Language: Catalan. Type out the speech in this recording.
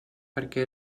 perquè